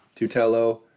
Tutelo